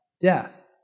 Death